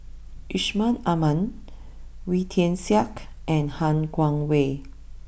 Yusman Aman Wee Tian Siak and Han Guangwei